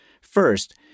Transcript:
First